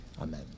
Amen